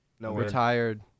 Retired